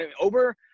over